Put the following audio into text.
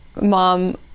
mom